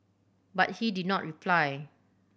but he did not reply